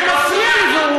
אתה מפריע לי.